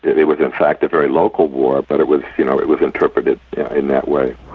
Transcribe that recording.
it it was in fact a very local war, but it was you know it was interpreted in that way.